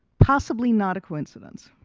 possibly not a coincidence.